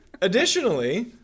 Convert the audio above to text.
Additionally